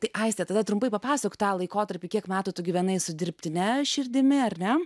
tai aistė tada trumpai papasakok tą laikotarpį kiek metų tu gyvenai su dirbtine širdimi ar ne